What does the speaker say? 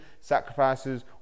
Sacrifices